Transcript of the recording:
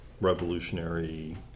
revolutionary